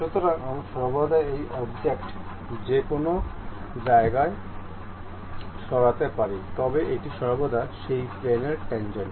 সুতরাং আমি সর্বদা এই অবজেক্টটি যে কোনও জায়গায় সরাতে পারি তবে এটি সর্বদা সেই প্লেনের ট্যান্জেন্ট